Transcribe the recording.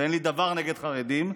ואין לי דבר נגד חרדים,